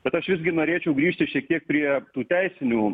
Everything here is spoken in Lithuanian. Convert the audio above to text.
bet aš visgi norėčiau grįžti šiek tiek prie tų teisinių